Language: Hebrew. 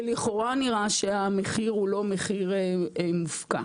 שלכאורה נראה שהמחיר הוא לא מחיר מופקע,